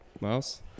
Miles